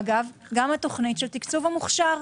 אגב גם התוכנית של תקצוב המוכשר.